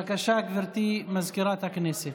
בבקשה, גברתי מזכירת הכנסת.